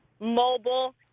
mobile